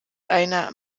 einer